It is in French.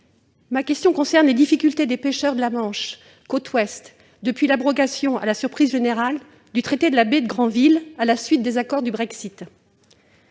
ma question concerne les difficultés des pêcheurs de la côte ouest du département de la Manche, depuis l'abrogation, à la surprise générale, du traité de la baie de Granville, à la suite des accords du Brexit.